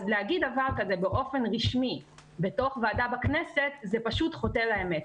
אז להגיד דבר כזה באופן רשמי בתוך ועדה בכנסת זה פשוט חוטא לאמת.